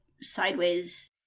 sideways